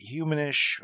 humanish